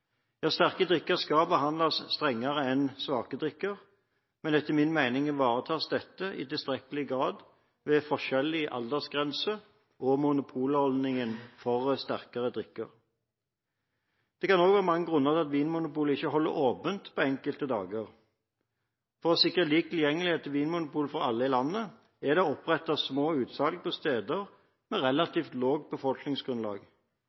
Sterke drikker skal behandles strengere enn svake drikker, men etter min mening ivaretas dette i tilstrekkelig grad med forskjellig aldersgrense og monopolordningen for sterkere drikker. Det kan også være mange grunner til at Vinmonopolet ikke holder åpent enkelte dager. For å sikre lik tilgjengelighet til Vinmonopolet for alle i landet er det opprettet små utsalg på steder med